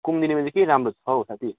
कुमुदिनीमा चाहिँ के राम्रो छ हौ साथी